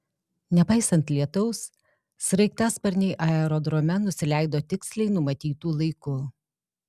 nepaisant lietaus sraigtasparniai aerodrome nusileido tiksliai numatytu laiku